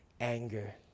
anger